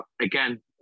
again